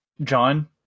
John